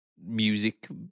music